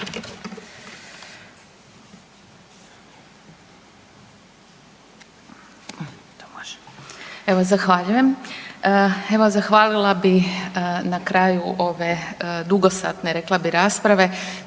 Evo zahvaljujem, evo zahvalila bih na kraju ove dugosatne rekla bih rasprave